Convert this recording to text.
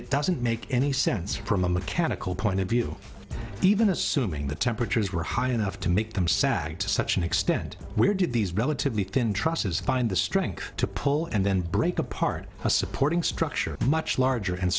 it doesn't make any sense from a mechanical point of view even assuming the temperatures were high enough to make them sag to such an extent where did these relatively thin trusses find the strength to pull and then break apart a supporting structure much larger and